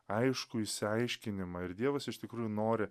aiškų išsiaiškinimą ir dievas iš tikrųjų nori